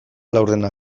laurdenak